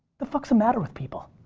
the fuck's the matter with people?